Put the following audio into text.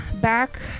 back